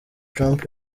trump